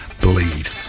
Bleed